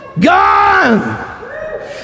gone